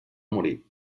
morir